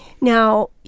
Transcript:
Now